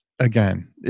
again